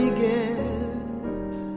guess